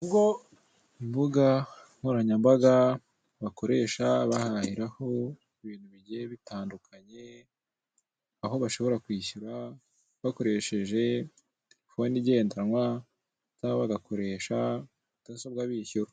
Imbuga nkoranyambaga bakoresha bahahiraho ibintu bigiye bitandukanye, aho bashobora kwishyura bakoresheje telefone igendanwa cyangwa bagakoresha mudasobwa bishyura.